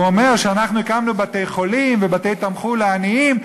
והוא אומר שאנחנו הקמנו בתי-חולים ובתי-תמחוי לעניים,